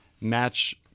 match